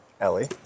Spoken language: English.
Ellie